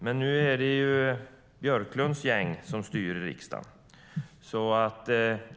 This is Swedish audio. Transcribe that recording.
Men nu är det Björklunds gäng som styr i riksdagen.